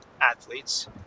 athletes